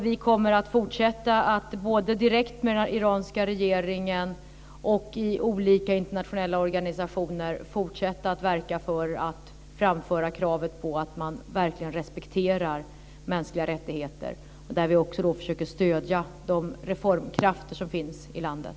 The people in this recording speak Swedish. Vi kommer att, både direkt med den iranska regeringen och i olika internationella organisationer, fortsätta att framföra kravet på att man verkligen respekterar mänskliga rättigheter. Vi försöker också stödja de reformkrafter som finns i landet.